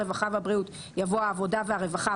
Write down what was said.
הרווחה והבריאות" יבוא "העבודה והרווחה",